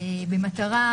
במטרה